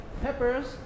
peppers